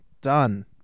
Done